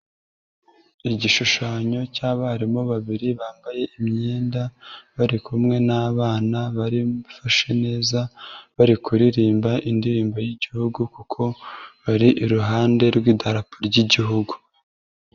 Igishushanyo cy'abarimu babiri bambaye imyenda, bari kumwe n'abana barifashe neza bari kuririmba indirimbo y'Igihugu kuko bari iruhande rw'idarap ry'Igihugu.